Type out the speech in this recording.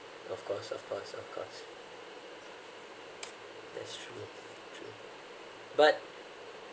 of course of course of course that's true true but